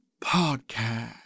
podcast